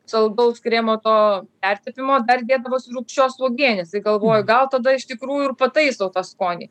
saldaus kremo to pertepimo dar dėdavosi rūgščios uogienės tai galvoju gal tada iš tikrųjų ir pataiso tą skonį